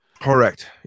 Correct